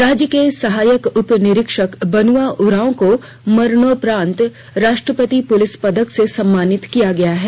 राज्य के सहायक उप निरीक्षक बनुआ उरांव को मरणोपरांत राष्ट्रपति पुलिस पदक से सम्मानित किया गया है